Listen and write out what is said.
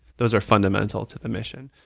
those are fundamental to the mission.